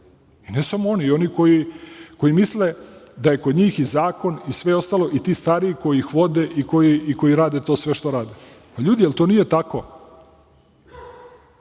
I ne samo oni, i oni koji misle da je kod njih i zakon i sve ostalo i ti stariji koji ih vode i koji rade to sve što rade. Pa ljudi, jel to nije tako?